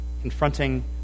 confronting